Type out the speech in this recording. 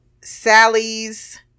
sally's